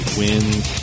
wins